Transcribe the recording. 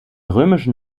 römischen